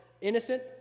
innocent